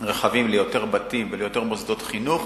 רחבים ליותר בתים וליותר מוסדות חינוך